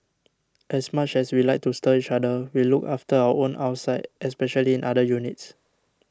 as much as we like to stir each other we look after our own outside especially in other units